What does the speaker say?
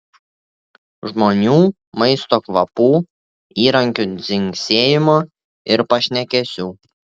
žmonių maisto kvapų įrankių dzingsėjimo ir pašnekesių